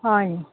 হয়